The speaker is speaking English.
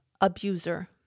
abuser